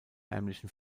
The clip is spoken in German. ärmlichen